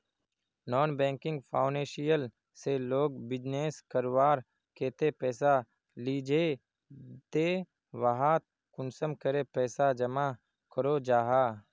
Non banking financial से लोग business करवार केते पैसा लिझे ते वहात कुंसम करे पैसा जमा करो जाहा?